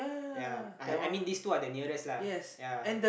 ya I I mean this two are the nearest lah ya